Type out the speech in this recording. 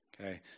Okay